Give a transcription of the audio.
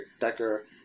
decker